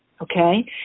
okay